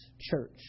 Church